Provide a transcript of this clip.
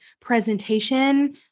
presentation